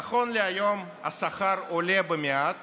"נכון להיום השכר עולה במעט